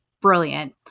brilliant